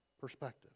perspective